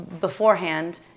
beforehand